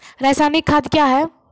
रसायनिक खाद कया हैं?